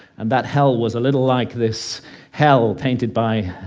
and that hell was a little like this hell painted by